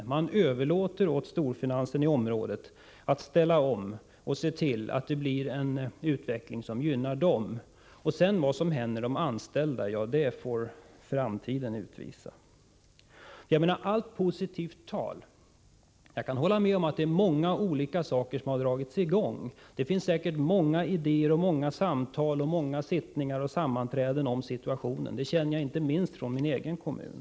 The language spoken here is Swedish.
Regeringen överlåter åt storfinansen i området att ställa om och se till att det blir en utveckling som gynnar dess intressen, och vad som sedan händer med de anställda får framtiden utvisa. Jag kan hålla med om att det är många olika åtgärder som har satts i gång. Det finns säkert många idéer och pågår många samtal, sittningar och sammanträden om situationen — jag känner till det, inte minst i min kommun.